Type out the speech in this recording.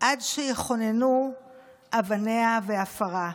עד שיחוננו אבניה ועפרה".